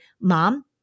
mom